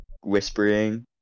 whispering